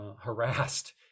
harassed